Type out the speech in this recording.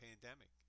pandemic